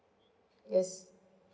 yes